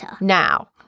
Now